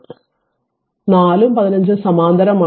4 ഉം 15 ഉം സമാന്തരമാണ്